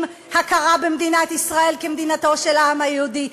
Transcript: הכרה במדינת ישראל כמדינתו של העם היהודי,